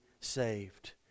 saved